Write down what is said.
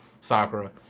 Sakura